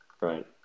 Right